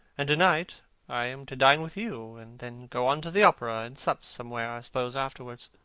and to-night i am to dine with you, and then go on to the opera, and sup somewhere, i suppose, afterwards.